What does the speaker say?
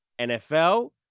NFL